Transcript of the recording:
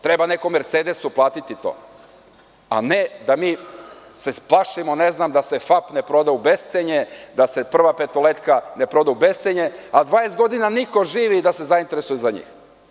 Treba li neko „Mercedesu“ platiti to, a ne da se mi plašimo da se FAP ne proda u bescenje, da se „Prva petoletka“ ne proda u bescenje, a 20 godina niko živi da se zainteresuje za njih?